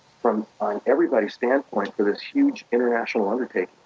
from everybody's standpoint for this huge, international undertaking